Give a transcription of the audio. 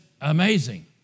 amazing